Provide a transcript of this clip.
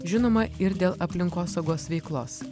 žinoma ir dėl aplinkosaugos veiklos